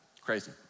crazy